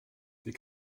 des